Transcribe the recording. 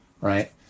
right